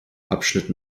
abschnitt